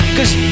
Cause